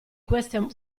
queste